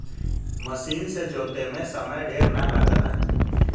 मसीन से जोते में समय ढेर ना लगला